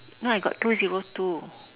no I got two zero two